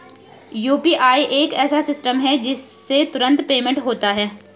UPI एक ऐसा system है जिससे तुरंत पेमेंट होता है